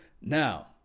Now